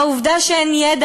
העובדה שאין ידע,